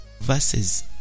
verses